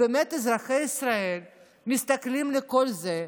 אזרחי ישראל מסתכלים על כל זה ואומרים: